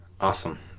Awesome